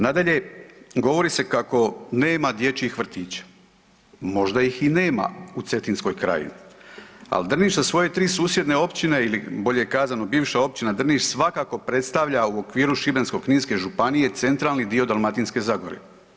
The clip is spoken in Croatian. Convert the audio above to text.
Nadalje, govori se kako nema dječjih vrtića, možda ih i nema u Cetinskoj krajini, ali Drniš sa svoje 3 susjedne općine ili bolje kazano bivša općina Drniš svakako predstavlja u okviru Šibensko-kninske županije centralni dio Dalmatinske zagore.